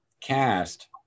cast